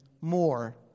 more